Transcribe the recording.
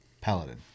Paladin